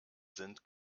sind